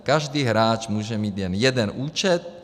Každý hráč může mít jen jeden účet.